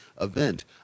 event